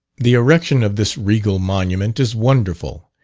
the erection of this regal monument is wonderful,